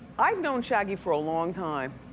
i've known shaggy for a long time,